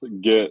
get